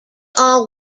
all